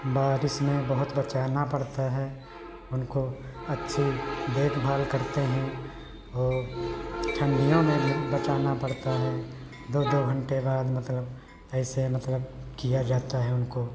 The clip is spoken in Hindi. बारिश में बहुत बचाना पड़ता है उनको अच्छी देखभाल करते हैं और ठण्डियों में भी बचाना पड़ता है दो दो घन्टे बाद मतलब ऐसे मतलब किया जाता है उनको